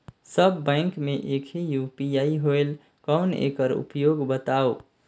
सब bank मे एक ही यू.पी.आई होएल कौन एकर उपयोग बताव?